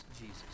Jesus